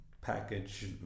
package